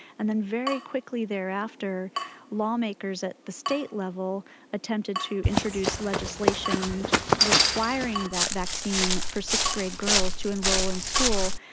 and then very quickly thereafter lawmakers at the state level attempted to introduce legislation requiring that vaccine for sixth-grade girls to enrol in school,